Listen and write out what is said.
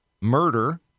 murder